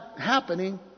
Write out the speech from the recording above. happening